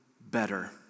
better